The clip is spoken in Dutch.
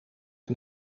een